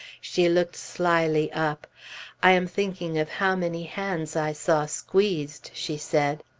she looked slyly up i am thinking of how many hands i saw squeezed, she said.